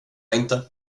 inte